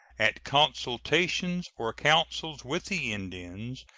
at consultations or councils with the indians,